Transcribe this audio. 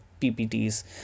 PPTs